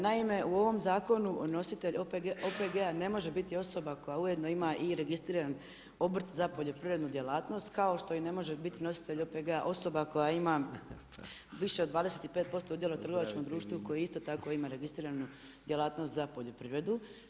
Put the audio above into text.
Naime, u ovom zakonu nositelj OPG-a ne može biti osoba koja ujedno ima i registriran obrt za poljoprivrednu djelatnost kao što i ne može biti nositelj OPG-a osoba koja ima više od 25% udjela u trgovačkom društvu koji isto tako ima registriranu djelatnost za poljoprivredu.